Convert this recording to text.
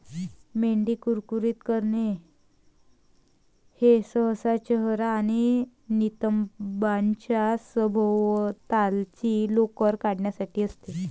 मेंढी कुरकुरीत करणे हे सहसा चेहरा आणि नितंबांच्या सभोवतालची लोकर काढण्यासाठी असते